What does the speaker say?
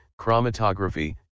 chromatography